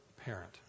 parent